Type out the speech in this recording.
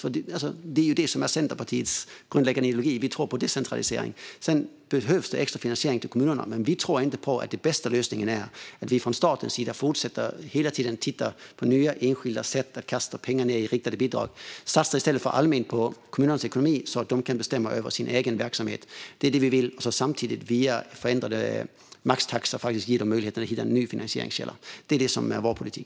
Det är detta som är Centerpartiets grundläggande ideologi - vi tror på decentralisering. Sedan behövs det extra finansiering till kommunerna, men vi tror inte att den bästa lösningen är att vi från statens sida fortsätter att hela tiden titta på nya enskilda sätt att kasta pengarna i riktade bidrag. Satsa i stället allmänt på kommunernas ekonomi så att de kan bestämma över sin egen verksamhet. Det är detta vi vill, och samtidigt via förändrad maxtaxa ge dem möjlighet att hitta en ny finansieringskälla. Det är vår politik.